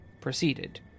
proceeded